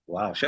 Wow